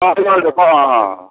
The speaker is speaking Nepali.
अँ अँ